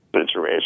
situation